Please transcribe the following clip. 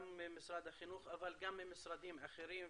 גם ממשרד החינוך אך גם ממשרדים אחרים.